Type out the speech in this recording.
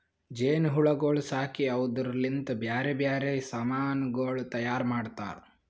ಜೇನು ಹುಳಗೊಳ್ ಸಾಕಿ ಅವುದುರ್ ಲಿಂತ್ ಬ್ಯಾರೆ ಬ್ಯಾರೆ ಸಮಾನಗೊಳ್ ತೈಯಾರ್ ಮಾಡ್ತಾರ